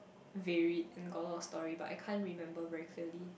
very got a lot of story but I can't remember very clearly